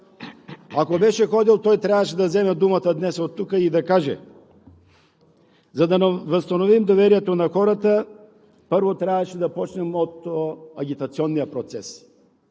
Ако беше ходил, той трябваше да вземе думата днес и да каже оттук: „За да възстановим доверието на хората, първо, трябваше да започнем от агитационния процес.“